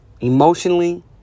Emotionally